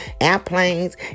airplanes